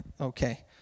Okay